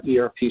ERP